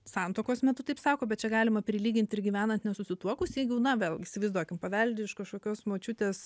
santuokos metu taip sako bet čia galima prilygint ir gyvenan nesusituokus jeigu na vėlgi bet įsivaizduokim paveldi iš kažkokios močiutės